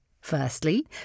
Firstly